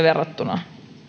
verrattuna